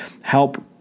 help